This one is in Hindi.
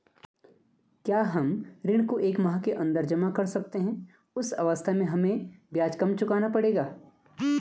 क्या हम ऋण को एक माह के अन्दर जमा कर सकते हैं उस अवस्था में हमें कम ब्याज चुकाना पड़ेगा?